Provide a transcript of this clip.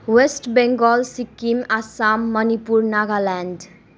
West Bengal Sikkim Assam Manipur Nagaland